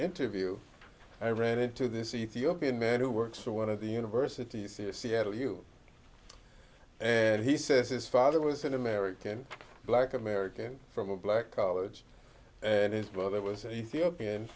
interview i ran into this ethiopian man who works for one of the universities to seattle you and he says his father was an american black american from a black college and his brother